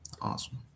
Awesome